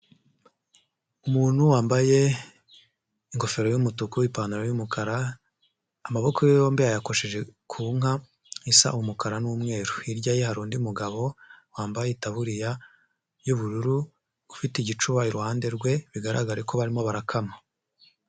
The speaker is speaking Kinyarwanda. Umuntu wambaye ingofero y'umutuku, ipantaro y'umukara, amaboko yombi yayakosheje ku nka isa umukara n'umweru, hirya ye hari undi mugabo wambaye itaburiya y'ubururu ufite igicuba iruhande rwe, bigaragarare ko barimo barakama.